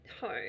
home